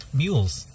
mules